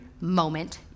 moment